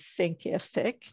Thinkific